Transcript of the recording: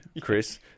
Chris